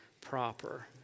proper